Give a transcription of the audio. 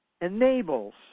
enables